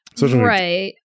right